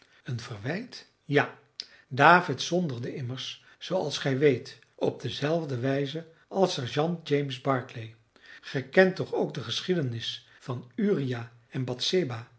een verwijt ja david zondigde immers zooals gij weet op dezelfde wijze als sergeant james barclay ge kent toch ook de geschiedenis van uria en